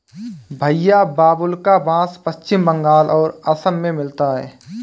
भईया बाबुल्का बास पश्चिम बंगाल और असम में मिलता है